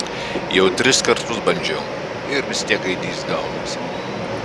jau tris kartus bandžiau ir vis tiek gaidys gaunasi